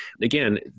again